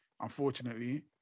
Unfortunately